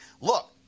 Look